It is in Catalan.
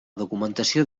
documentació